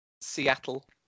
Seattle